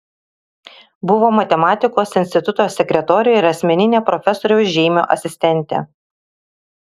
buvo matematikos instituto sekretorė ir asmeninė profesoriaus žeimio asistentė